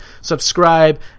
Subscribe